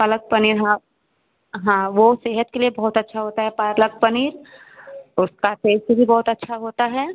पालक पनीर हाँ हाँ वो सेहत के लिए बहुत अच्छा होता है पालक पनीर उसका टेस्ट भी बहुत अच्छा होता है